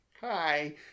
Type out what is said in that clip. hi